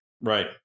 right